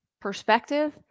perspective